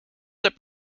that